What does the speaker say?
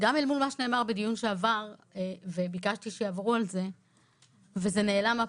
גם אל מול מה שנאמר בדיון שעבר וביקשתי שיעברו על זה וזה נעלם.